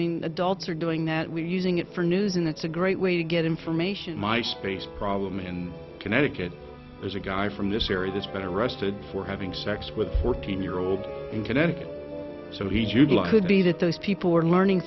mean adults are doing that we're using it for news in that's a great way to get information my space problem in connecticut there's a guy from this area that's been arrested for having sex with a fourteen year old in connecticut so he jude law could be that those people are learning